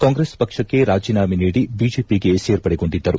ಕಾಂಗ್ರೆಸ್ ಪಕ್ಷಕ್ಕೆ ರಾಜೀನಾಮ ನೀಡಿ ಐಜೆಪಿಗೆ ಸೇರ್ಪಡೆಗೊಂಡಿದ್ದರು